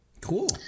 cool